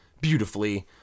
beautifully